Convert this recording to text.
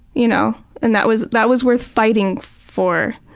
you know. and that was that was worth fighting for.